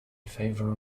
favour